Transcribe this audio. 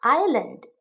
island